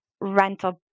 rental